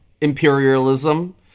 imperialism